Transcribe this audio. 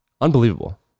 unbelievable